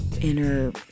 inner